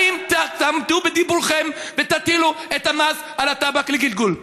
האם תעמדו בדיבורכם ותטילו את המס על הטבק לגלגול?